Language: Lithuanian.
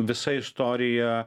visa istorija